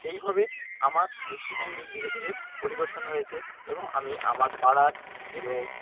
এইভাবে আমার দৃষ্টিভঙ্গি ধীরে ধীরে পরিবর্তন হয়েছে এবং আমি আমার পাড়ার এবং